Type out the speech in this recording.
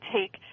take